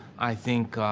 i think,